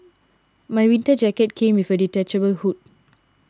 my winter jacket came with a detachable hood